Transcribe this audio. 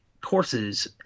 courses –